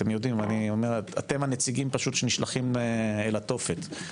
אתם הנציגים שנשלחים אל התופת.